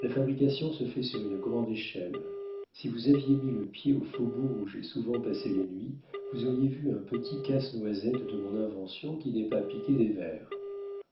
la fabrication se fait sur une grande échelle si vous aviez mis le pied au faubourg où j'ai souvent passé les nuits vous auriez vu un petit casse-noisette de mon invention qui n'est pas piqué des vers